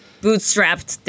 bootstrapped